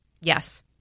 Yes